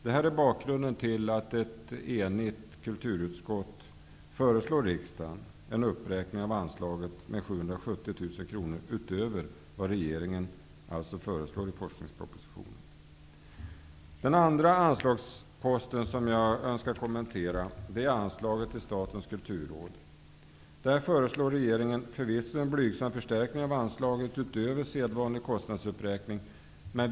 Detta är bakgrunden till att ett enigt kulturutskott föreslår riksdagen en uppräkning av anslaget med 770 000 kr utöver vad regeringen har föreslagit i forskningspropositionen. Den andra anslagsposten som jag önskar kommentera gäller anslaget till Statens kulturråd. Regeringen föreslår förvisso en blygsam förstärkning av anslaget utöver förstärkning av anslaget utöver sedvanlig kostnadsuppräkning.